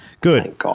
Good